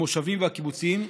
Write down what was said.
המושבים והקיבוצים,